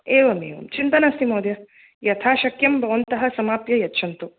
एवमेवं चिन्ता नास्ति महोदय यथाशक्यं भवन्तः समाप्य यच्छन्तु